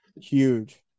huge